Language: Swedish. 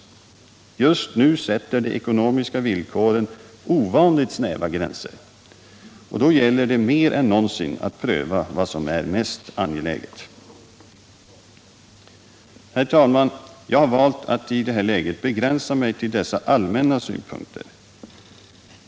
Just nu drar de ekonomiska villkoren ovanligt snäva gränser. Då gäller det mer än någonsin att pröva vad som är mest angeläget. Herr talman! Jag har valt att i detta läge begränsa mig till dessa allmänna synpunkter.